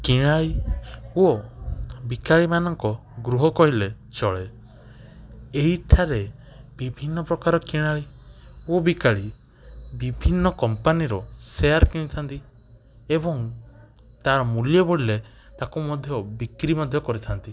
କିଣାଳି ଓ ବିକାଳିମାନଙ୍କ ଗୃହ କହିଲେ ଚଳେ ଏହିଠାରେ ବିଭିନ୍ନପ୍ରକାର କିଣାଳି ଓ ବିକାଳି ବିଭିନ୍ନ କମ୍ପାନୀର ସେୟାର୍ କିଣିଥାନ୍ତି ଏବଂ ତା'ର ମୂଲ୍ୟ ବଢ଼ିଲେ ତାକୁ ମଧ୍ୟ ବିକ୍ରି ମଧ୍ୟ କରିଥାନ୍ତି